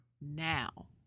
now